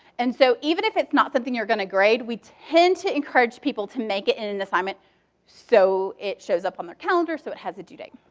and so even if it's not something you're going to grade, we tend to encourage people to make it in an and assignment so it shows up on their calendar so it has a due date.